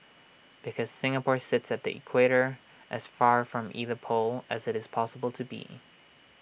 because Singapore sits at the equator as far from either pole as IT is possible to be